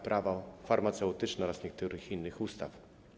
Prawo farmaceutyczne oraz niektórych innych ustaw.